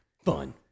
Fun